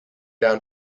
down